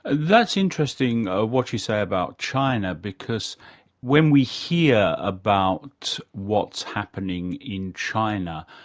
that's interesting, what you say about china, because when we hear about what's happening in china,